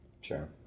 Sure